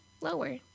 lower